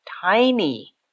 tiny